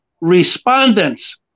respondents